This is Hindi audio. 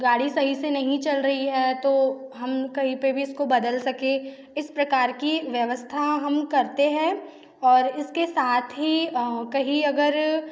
गाड़ी सही से नहीं चल रही है तो हम कहीं पर भी इसको बदल सकें इस प्रकार से की व्यवस्था हम करते है और इसके साथ ही कही अगर